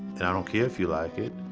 and i don't care if you like it.